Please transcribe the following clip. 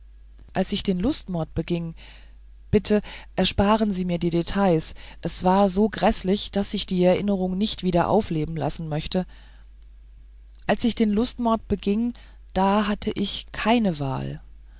als ich den lustmord beging bitte ersparen sie mir die details es war so gräßlich daß ich die erinnerung nicht wieder aufleben lassen möchte als ich den lustmord beging da hatte ich keine wahl